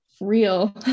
real